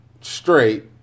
straight